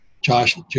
Josh